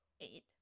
eight